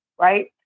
right